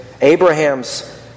Abraham's